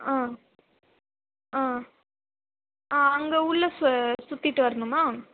ஆ ஆ அங்கே உள்ள ஆ உள்ள சுற்றிட்டு வரணுமா